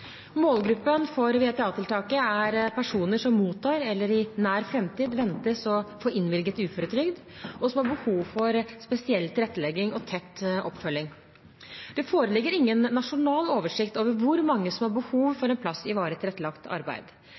Målgruppen for VTA-tiltaket er personer som mottar eller i nær framtid ventes å få innvilget uføretrygd, og som har behov for spesiell tilrettelegging og tett oppfølging. Det foreligger ingen nasjonal oversikt over hvor mange som har behov for en plass i varig tilrettelagt arbeid.